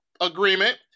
agreement